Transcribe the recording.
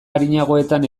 arinagoetan